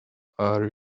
are